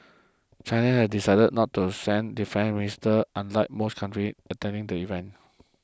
China has decided not to send defence minister unlike most countries attending the event